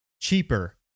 cheaper